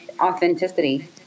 authenticity